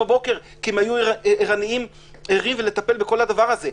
בבוקר כי הם היו ערים לטפל בכל הדבר הזה.